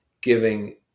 giving